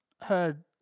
heard